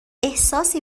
احساسی